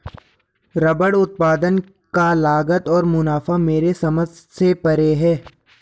rubber उत्पाद का लागत और मुनाफा मेरे समझ से परे है